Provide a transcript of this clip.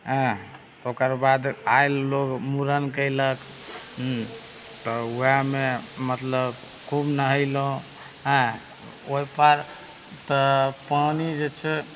हँ ओकर बाद आएल लोग मुड़न कयलक हूँ तब ओएहमे मतलब खूब नहेलहुँ आयँ ओहि पार तऽ पानि जे छै